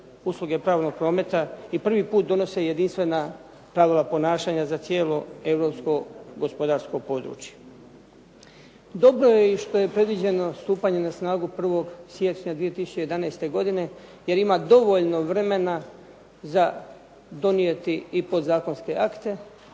usluge platnog prometa i prvi put donose jedinstvena pravila ponašanja za cijelo europsko gospodarsko područje. Dobro je i što je predviđeno stupanje na snagu 1. siječnja 2011. godine jer ima dovoljno vremena za donijeti podzakonske akte